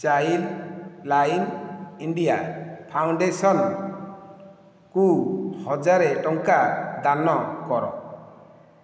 Childline India ଫାଉଣ୍ଡେସନ୍କୁକ ହଜାରେ ଟଙ୍କା ଦାନ କର